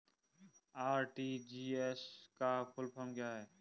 RTGS का full form क्या है?